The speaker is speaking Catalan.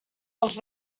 els